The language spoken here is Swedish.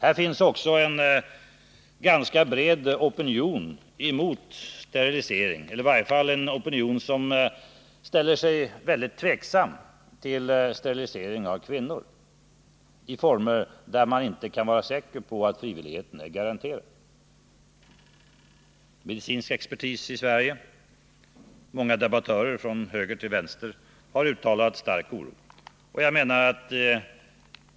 Här finns också en ganska bred opinion emot sterilisering — eller i varje fall en opinion som ställer sig mycket tveksam till sterilisering av kvinnor i former som inte innebär att man kan vara säker på att frivilligheten är garanterad. Medicinsk expertis i Sverige och många debattörer från höger till vänster har uttalat stark oro.